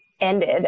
ended